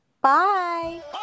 Bye